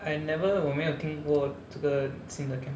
I never 我没有听过这个 saying that can